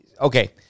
Okay